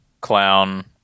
clown